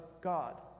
God